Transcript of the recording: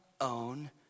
own